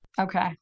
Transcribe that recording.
Okay